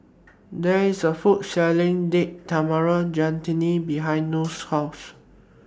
There IS A Food Selling Date Tamarind Chutney behind Noe's House